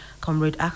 Comrade